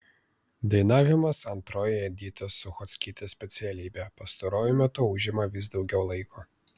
dainavimas antroji editos suchockytės specialybė pastaruoju metu užima vis daugiau laiko